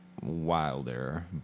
Wilder